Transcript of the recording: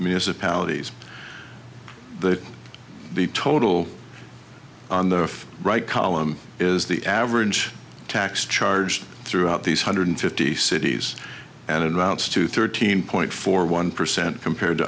municipalities the the total on the right column is the average tax charged throughout these hundred fifty cities and routes to thirteen point four one percent compared to